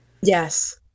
Yes